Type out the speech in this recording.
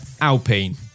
Alpine